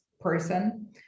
person